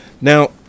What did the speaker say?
Now